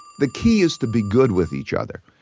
the key is to be good with each other.